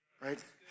right